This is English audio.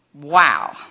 wow